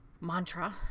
mantra